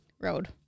Road